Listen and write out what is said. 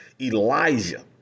Elijah